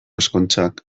ezkontzak